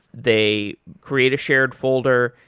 they create a shared folder,